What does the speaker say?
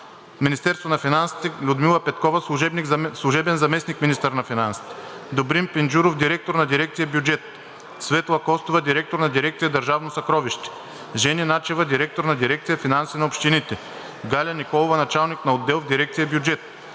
Министерството на финансите – Людмила Петкова – служебен заместник-министър, Добрин Пинджуров – директор на дирекция „Бюджет“, Светла Костова – директор на дирекция „Държавно съкровище“, Жени Начева – директор на дирекция „Финанси на общините“, Галя Николова – началник на отдел в дирекция „Бюджет“;